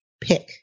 pick